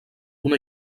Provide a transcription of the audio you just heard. una